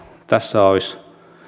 tässä olisi